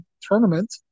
tournament